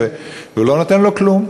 והוא לא נותן לו כלום.